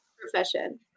profession